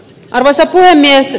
arvoisa puhemies